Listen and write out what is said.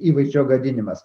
įvaizdžio gadinimas